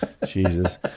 Jesus